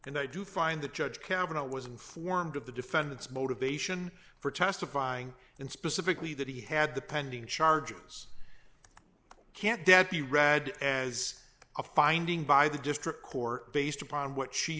and i do find the judge cabinet was informed of the defendant's motivation for testifying and specifically that he had the pending charges can you read as a finding by the district court based upon what she